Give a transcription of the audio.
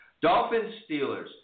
Dolphins-Steelers